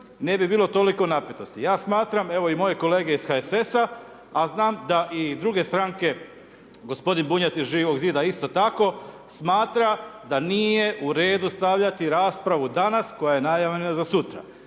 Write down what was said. Ne bi bilo toliko napetosti. Ja smatram, evo i moje kolege iz HSS-a a znam da i druge stranke, gospodin Bunjac iz Živog zida isto tako smatra da nije u redu stavljati raspravu danas koja je najavljena za sutra.